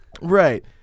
Right